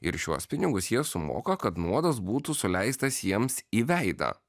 ir šiuos pinigus jie sumoka kad nuodas būtų suleistas jiems į veidą